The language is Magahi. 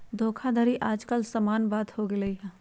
धोखाधड़ी याज काल समान्य बात हो गेल हइ